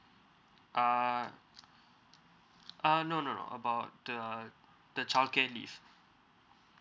uh uh no no no about the the childcare leave